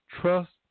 trust